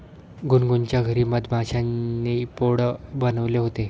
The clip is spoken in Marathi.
गुनगुनच्या घरी मधमाश्यांनी पोळं बनवले होते